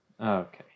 Okay